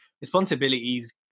responsibilities